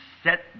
Set